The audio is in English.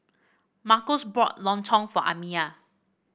Marcos bought lontong for Amiyah